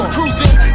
Cruising